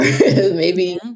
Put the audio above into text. Maybe-